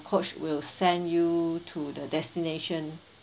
coach will send you to the destination